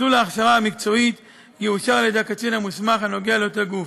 מסלול ההכשרה המקצועית יאושר על ידי הקצין המוסמך לאותו גוף.